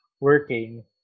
working